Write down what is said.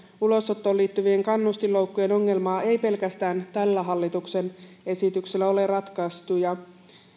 ulosottoon liittyvien kannustinloukkujen ongelmaa ei pelkästään tällä hallituksen esityksellä ole ratkaistu ja